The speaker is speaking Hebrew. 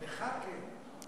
לך כן.